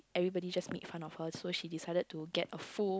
everybody just made fun of her so she decided to get a full